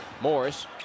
Morris